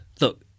look